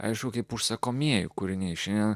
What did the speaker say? aišku kaip užsakomieji kūriniai šiandien